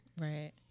Right